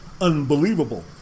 unbelievable